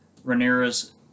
Rhaenyra's